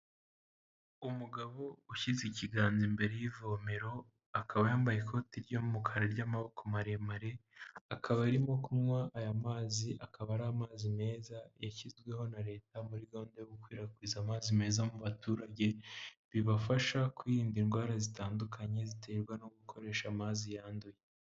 Umugabo ushyize ikiganza imbere y'ivomero akaba yambaye ikoti ry'umukara ry'amaboko maremare akaba arimo kunywa aya mazi akaba ari amazi meza yashyizweho na leta muri gahunda yo gukwirakwiza amazi meza mu baturage bibafasha kwirinda indwara zitandukanye ziterwa no gukoresha amazi yanduye.